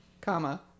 comma